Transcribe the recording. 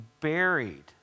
buried